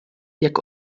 jak